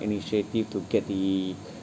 initiative to get the